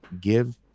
give